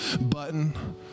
button